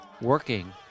working